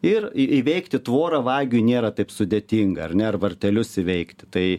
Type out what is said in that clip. ir įveikti tvorą vagiui nėra taip sudėtinga ar ne ar vartelius įveikt tai